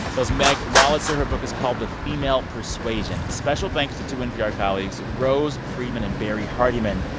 that was meg wolitzer. her book is called the female persuasion. special thanks to two npr colleagues rose friedman and barrie hardymon.